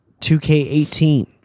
2K18